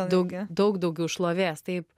daug daug daugiau šlovės taip